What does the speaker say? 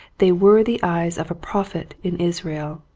they were the eyes of a prophet in israel.